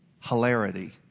hilarity